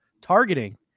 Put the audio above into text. targeting